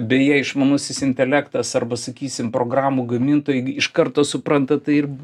beje išmanusis intelektas arba sakysim programų gamintojai iš karto supranta tai ir